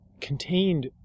contained